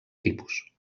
tipus